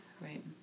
Right